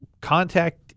contact